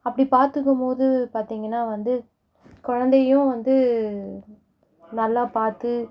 அப்படி பார்த்துக்கும் போது பார்த்தீங்கன்னா வந்து குழந்தையும் வந்து நல்லா பார்த்து